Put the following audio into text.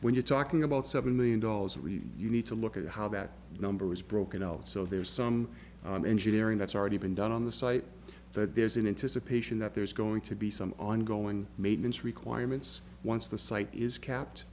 when you're talking about seven million dollars when you need to look at how that number is broken also there's some engineering that's already been done on the site that there's into suppression that there's going to be some ongoing maintenance requirements once the site is